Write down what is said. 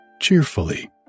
cheerfully